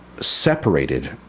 separated